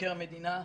מבקר המדינה,